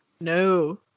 No